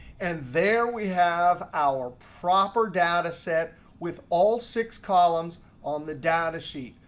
and there we have our proper data set with all six columns on the data sheet.